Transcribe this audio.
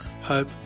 hope